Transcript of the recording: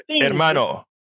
Hermano